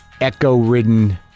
echo-ridden